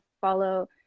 follow